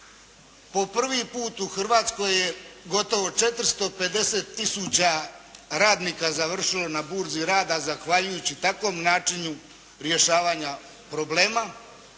Po prvi puta u Hrvatskoj je gotovo 450 tisuća radnika završilo na burzi rada zahvaljujući takvom načinu rješavanja problema,